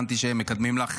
הבנתי שהם מקדמים לך